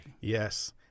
Yes